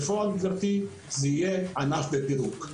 בפועל, גברתי, זה יהיה ענף בפירוק.